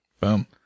Boom